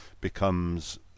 becomes